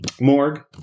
morgue